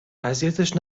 اذیتش